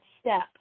step